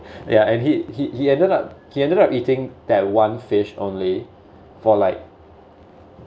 yeah and he he he ended up he ended up eating that one fish only for like